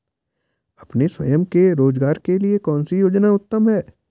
अपने स्वयं के रोज़गार के लिए कौनसी योजना उत्तम है?